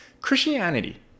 Christianity